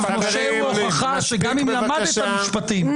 משה הוא ההוכחה שגם אם למדת משפטים,